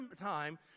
time